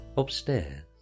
upstairs